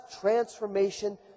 transformation